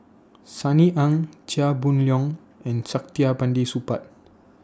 Sunny Ang Chia Boon Leong and Saktiandi Supaat